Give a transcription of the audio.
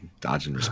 Dodging